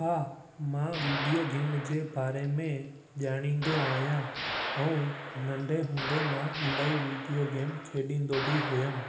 हा मां video game जे बारे में जाणींदो आयां ऐं नंढे हूंदे मां इलाही विडियो गेम खेॾींदो बि हुउमि